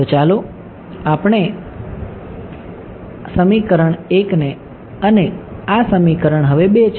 તો ચાલો આપણે આ સમીકરણને 1 કહીએ અને આ સમીકરણ હવે 2 છે